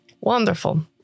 Wonderful